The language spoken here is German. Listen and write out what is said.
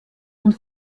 und